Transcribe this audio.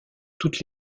toutes